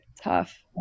tough